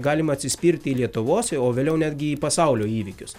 galima atsispirti į lietuvos i o vėliau netgi į pasaulio įvykius